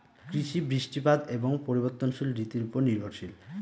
কৃষি বৃষ্টিপাত এবং পরিবর্তনশীল ঋতুর উপর নির্ভরশীল